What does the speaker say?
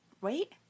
wait